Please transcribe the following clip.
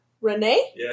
Renee